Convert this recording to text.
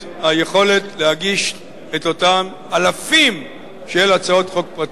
היכולת להגיש את אותם אלפים של הצעות חוק פרטיות.